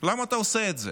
למה אתה עושה את זה?